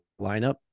lineup